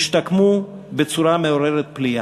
השתקמו בצורה מעוררת פליאה.